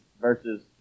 versus